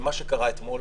מה שקרה אתמול